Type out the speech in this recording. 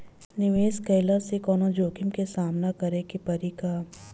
निवेश कईला से कौनो जोखिम के सामना करे क परि का?